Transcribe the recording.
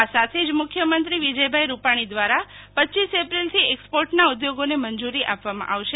આ સાથે જ મુખ્યમંત્રી વિજયભાઈ રૂપાણી દ્વારા રપ એપ્રિલથી એક્સપોર્ટના ઉદ્યોગોને મંજુરી આપવામાં આવશે